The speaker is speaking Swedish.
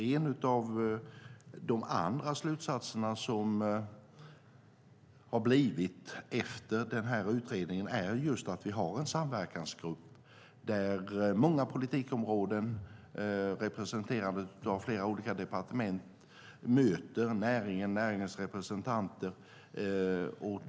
Ett av de andra resultaten av den utredningen är att vi har en samverkansgrupp där många politikområden representerade av flera olika departement möter näringen och näringens representanter.